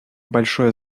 большое